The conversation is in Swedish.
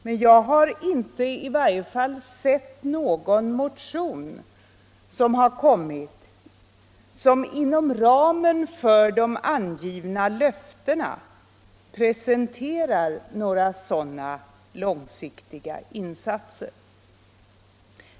Men jag har inte sett att det kommit någon motion som inom ramen för de givna löftena presenterar några sådana långsiktiga insatser.